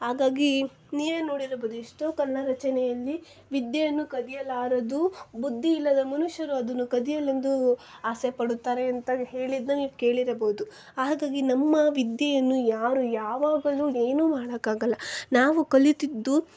ಹಾಗಾಗಿ ನೀವೇ ನೋಡಿರಬಹುದು ಎಷ್ಟೋ ಕನ್ನಡ ರಚನೆಯಲ್ಲಿ ವಿದ್ಯೆಯನ್ನು ಕದಿಯಲಾಗದು ಬುದ್ದಿ ಇಲ್ಲದ ಮನುಷ್ಯರು ಅದನ್ನು ಕದಿಯಲೆಂದು ಆಸೆ ಪಡುತ್ತಾರೆ ಅಂತ ಹೇಳಿದ್ನ ನೀವು ಕೇಳಿರಬಹುದು ಹಾಗಾಗಿ ನಮ್ಮ ವಿದ್ಯೆಯನ್ನು ಯಾರೂ ಯಾವಾಗಲೂ ಏನೂ ಮಾಡೋಕ್ಕಾಗಲ್ಲ ನಾವು ಕಲಿತಿದ್ದು